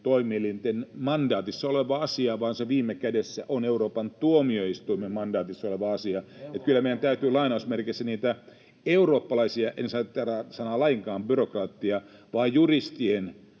toimielinten mandaatissa oleva asia vaan se viime kädessä on Euroopan unionin tuomioistuimen mandaatissa oleva asia. Kyllä meidän täytyy niiden eurooppalaisten, en sano lainkaan sanaa byrokraatti, vaan juristien